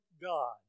God